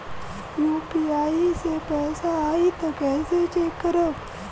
UPI से पैसा आई त कइसे चेक खरब?